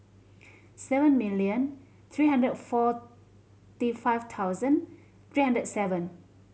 seven million three hundred and forty five thousand three hundred and seven